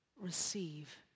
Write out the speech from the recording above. receive